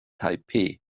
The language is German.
taipeh